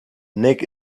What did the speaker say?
nick